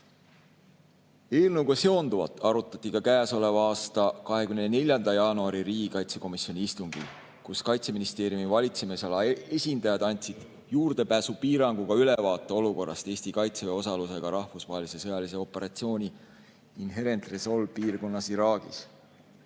Mäe. Eelnõuga seonduvat arutati ka käesoleva aasta 24. jaanuari riigikaitsekomisjoni istungil, kus Kaitseministeeriumi valitsemisala esindajad andsid juurdepääsupiiranguga ülevaate olukorrast Eesti Kaitseväe osalusega rahvusvahelise sõjalise operatsiooni Inherent Resolve piirkonnas